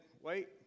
Wait